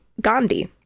gandhi